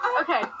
Okay